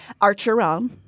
Archeron